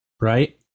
right